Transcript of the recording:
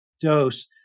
dose